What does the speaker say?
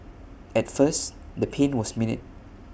at first the pain was minute